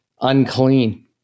unclean